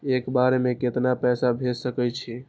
एक बार में केतना पैसा भेज सके छी?